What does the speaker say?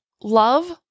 Love